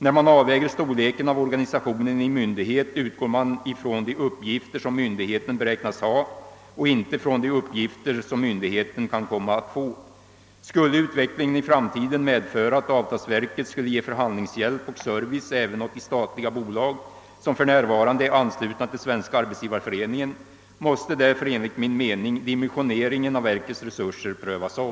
När man avväger storleken av organisationen i en myndighet utgår man från de uppgifter som myndigheten beräknas ha och inte från de uppgifter som myndigheten kan komma att få. Skulle utvecklingen i framtiden medföra att avtalsverket skall ge förhandlingshjälp och service även åt de statliga bolag som för närvarande är anslutna till Svenska arbetsgivareföreningen måste därför enligt min mening dimensioneringen av verkets resurser prövas om.